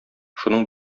шуның